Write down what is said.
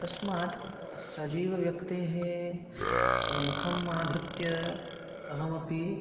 तस्मात् सजीवव्यक्तेः मुखम् आधृत्य अहमपि